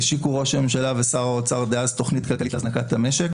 הכינו ראש הממשלה דאז ושר האוצר דאז תוכנית כלכלית להזנקת המשק.